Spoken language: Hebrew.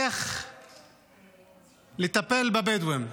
איך לטפל בבדואים.